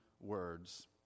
words